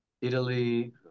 Italy